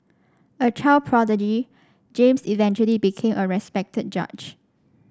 a child prodigy James eventually became a respected judge